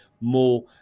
More